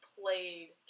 played